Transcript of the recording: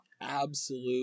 absolute